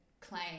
claim